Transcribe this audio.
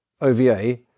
OVA